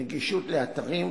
נגישות של אתרים,